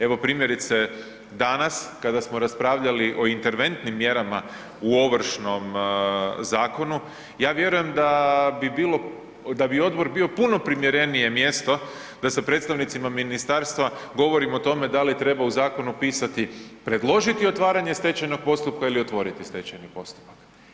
Evo, primjerice, danas kada smo raspravljali o interventnim mjerama u Ovršnom zakonu, ja vjerujem da bi odbor bio puno primjerenije mjesto da sa predstavnicima ministarstva govorimo o tome da li treba u zakonu pisati "predložiti otvaranje stečajnog postupka" ili "otvoriti stečajni postupak"